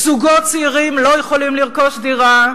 זוגות צעירים לא יכולים לרכוש דירה,